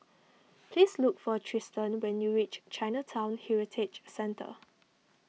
please look for Trystan when you reach Chinatown Heritage Centre